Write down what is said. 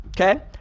okay